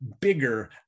bigger